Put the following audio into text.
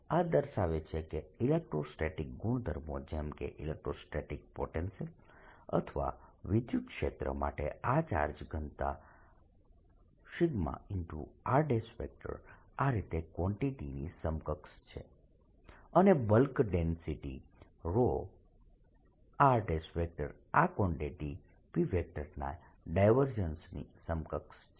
આ દર્શાવે છે કે ઇલેક્ટ્રોસ્ટેટિક ગુણધર્મો જેમ કે ઇલેક્ટ્રોસ્ટેટિક પોટેન્શિયલ અથવા વિદ્યુતક્ષેત્ર માટે આ ચાર્જ ઘનતા r આ ક્વાન્ટીટીની સમકક્ષ છે અને બલ્ક ડેન્સિટી ρr આ ક્વાન્ટીટી P ના ડાયવર્જન્સની સમકક્ષ છે